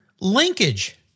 Linkage